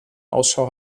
ausschau